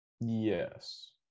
yes